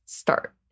Start